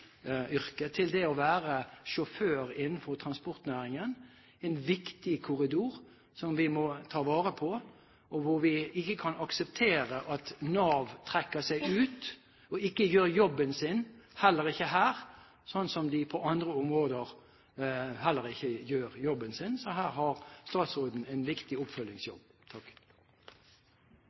til det å være sjåfør innenfor transportnæringen. Det er en viktig korridor som vi må ta vare på, og hvor vi ikke kan akseptere at Nav trekker seg ut og ikke gjør jobben sin – heller ikke her, slik de på andre områder heller ikke gjør jobben sin. Så her har statsråden en viktig oppfølgingsjobb.